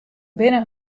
binne